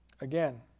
again